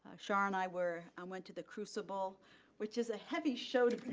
ah char and i were, i went to the crucible which is a heavy show to